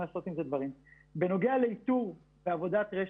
בנוגע לאיתור ברשת,